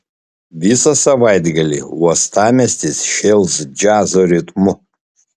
visą savaitgalį uostamiestis šėls džiazo ritmu